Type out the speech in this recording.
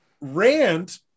Rand